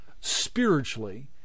spiritually